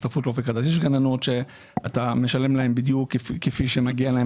יש גננות שאתה משלם להן בדיוק כפי שמגיע להן.